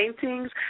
paintings